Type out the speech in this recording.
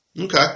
Okay